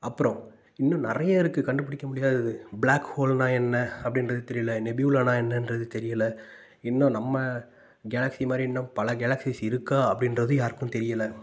அப்புறம் இன்னும் நிறைய இருக்குது கண்டுபிடிக்க முடியாதது ப்ளாக் ஹோல்ன்னா என்ன அப்படின்ட்டு தெரியலை நெபியூலானாக என்னென்றது தெரியலை இன்னும் நம்ம கேலக்ஸி மாதிரி இன்னும் பல கேலக்ஸிஸ் இருக்கா அப்படின்றது யாருக்கும் தெரியலை